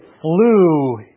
flew